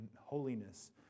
holiness